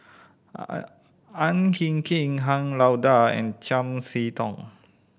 Ang Hin Kee Han Lao Da and Chiam See Tong